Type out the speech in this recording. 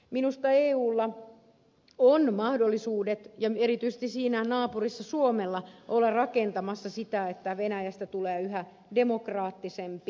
minusta eulla ja erityisesti siinä naapurissa suomella on mahdollisuudet olla rakentamassa sitä että venäjästä tulee yhä demokraattisempi